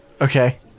Okay